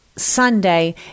Sunday